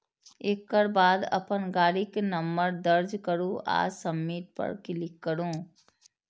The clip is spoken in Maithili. एकर बाद अपन गाड़ीक नंबर दर्ज करू आ सबमिट पर क्लिक करू